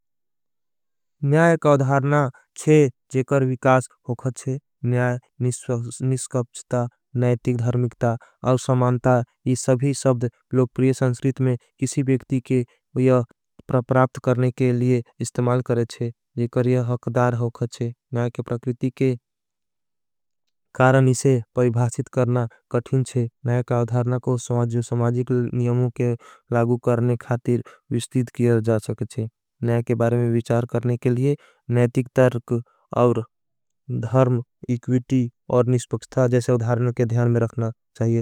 न्याय का उधार्णा छे जेकर विकास होखत छे न्याय। निसकप्छता, नयतिक धर्मिकता, आउसमानता। इस सभी सब्द लोगप्रिय संस्रित में किसी वेक्ति के। प्रप्राप्त करने के लिए इस्तेमाल करेचे जेकर ये हकदार। होखत छे न्याय के प्रकृति के कारण इसे परिभासित। करना कठीन छे न्याय का उधार्णा को समाजिकल नियमों। के लागू करने खातिर विश्टित किया जाचक छे न्याय। के बारे में विचार करने के लिए नयतिक तरक और धर्म। इक्विटी और निष्पक्ष्था जैसे उधार्ण के ध्यान में रखना चाहिए।